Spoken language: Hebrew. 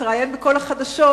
התראיין בכל החדשות,